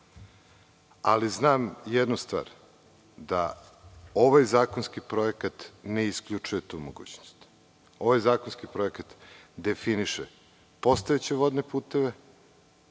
ali znam jednu stvar, da ovaj zakonski projekat ne isključuje tu mogućnost. Ovaj zakonski projekat definiše postojeće vodne puteve,